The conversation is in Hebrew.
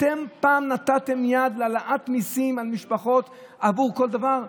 אתם פעם נתתם יד להעלאת מיסים למשפחות עבור כל דבר?